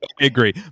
agree